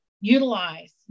utilize